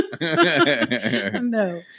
no